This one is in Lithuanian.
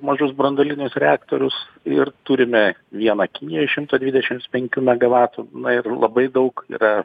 mažus branduolinius reaktorius ir turime vieną kinijoj šimto dvidešimts penkių megavatų na ir labai daug yra